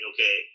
okay